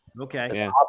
Okay